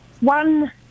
One